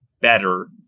better